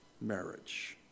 marriage